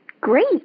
Great